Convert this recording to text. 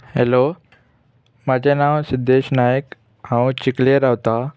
hello म्हजें नांव सिद्देश नायक हांव चिकले रावतां